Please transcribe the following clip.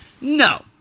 no